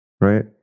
Right